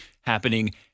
happening